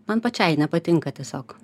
man pačiai nepatinka tiesiog